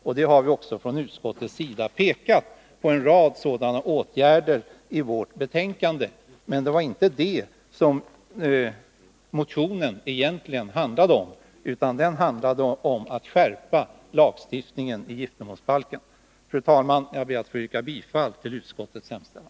Vi har också från utskottets sida pekat på en rad sådana i vårt betänkande. Men det var inte det som motionen egentligen handlade om, utan den handlade om att skärpa lagstiftningen i giftermålsbalken. Fru talman! Jag ber att få yrka bifall till utskottets hemställan.